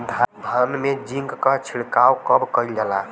धान में जिंक क छिड़काव कब कइल जाला?